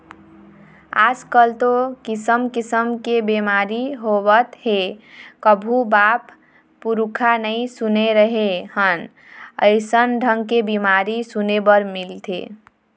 आजकल तो किसम किसम के बेमारी होवत हे कभू बाप पुरूखा नई सुने रहें हन अइसन ढंग के बीमारी सुने बर मिलथे